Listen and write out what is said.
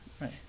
right